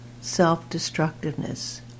self-destructiveness